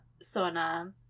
Sona